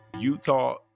Utah